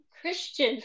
Christian